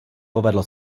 povedlo